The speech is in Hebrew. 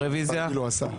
ארבעה.